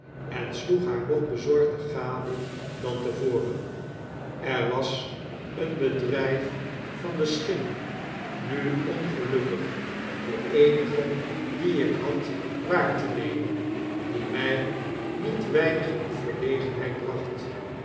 en sloeg haarnog bezorgder gade dan te voren er was een bedryf van de schinj nu ongelukkig de eenige die ik had waar te nemen die mij niet weinig in verlegenheid bracht